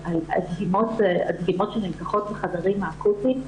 הדגימות שנלקחות בחדרים האקוטיים,